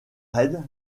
raid